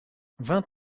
vingt